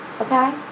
Okay